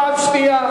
פעם שנייה.